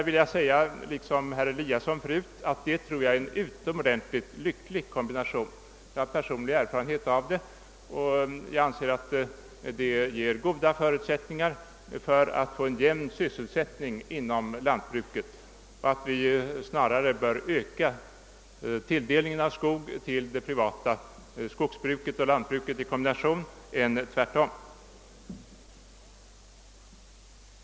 Liksom herr Eliasson i Moholm tror jag att det är en utomordentligt lycklig kombination. Jag har personlig erfarenhet av den och anser att den ger goda förutsättningar för en jämn sysselsättning inom lantbruket. Enligt min uppfattning bör vi öka tilldelningen av skog till det privata skogsbruket och lantbruket i kombination med skog i stället för att minska det.